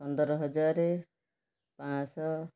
ପନ୍ଦର ହଜାର ପାଞ୍ଚଶହ